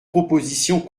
propositions